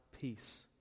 peace